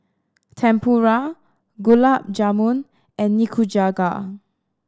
Tempura Gulab Jamun and Nikujaga